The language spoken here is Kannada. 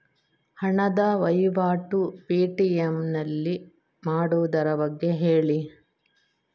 ಹಣದ ವಹಿವಾಟು ಪೇ.ಟಿ.ಎಂ ನಲ್ಲಿ ಮಾಡುವುದರ ಬಗ್ಗೆ ಹೇಳಿ